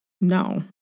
no